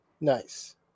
Nice